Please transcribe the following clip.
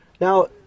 Now